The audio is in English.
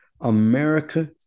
America